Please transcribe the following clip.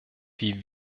wie